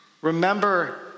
Remember